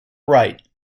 write